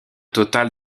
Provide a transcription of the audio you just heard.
total